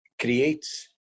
creates